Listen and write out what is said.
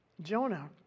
Jonah